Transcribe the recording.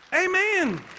Amen